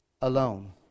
alone